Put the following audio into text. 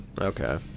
Okay